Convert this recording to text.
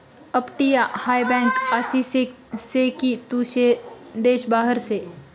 अपटीया हाय बँक आसी से की तू देश बाहेर से